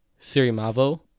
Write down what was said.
Sirimavo